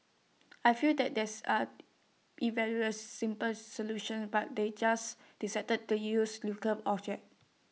I feel like these are simpler solutions but they just decided to use the nuclear object